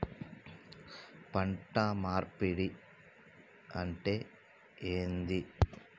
పంట మార్పిడి అంటే ఏంది?